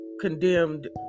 condemned